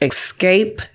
Escape